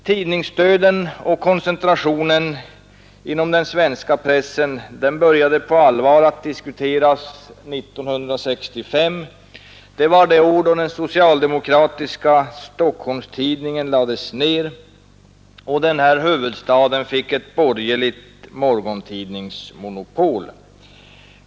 Tidningsdöden och koncentrationen inom den svenska pressen började på allvar att diskuteras 1965 — det år då den socialdemokratiska Stockholms-Tidningen lades ner och huvudstaden fick ett borgerligt morgontidningsmonopol.